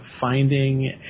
finding